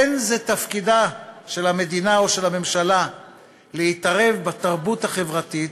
אין זה תפקידה של המדינה או של הממשלה להתערב בתרבות החברתית,